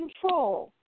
control